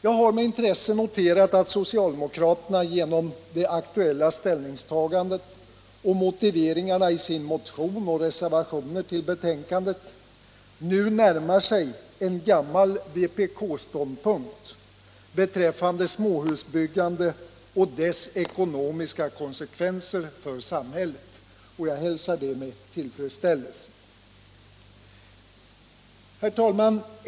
Jag har med intresse noterat att socialdemokraterna genom det aktuella ställningstagandet och motiveringarna i sin motion och sina reservationer till betänkandet nu närmat sig en gammal vpk-ståndpunkt beträffande småhusbyggandet och dess ekonomiska konsekvenser för samhället. Jag hälsar detta med tillfredsställelse.